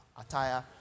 attire